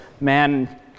man